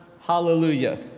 hallelujah